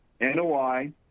NOI